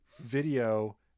video